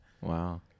Wow